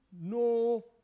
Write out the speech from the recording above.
no